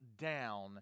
down